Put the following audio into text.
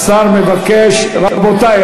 רבותי,